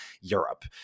Europe